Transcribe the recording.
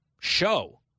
show